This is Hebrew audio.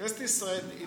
אני